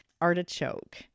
artichoke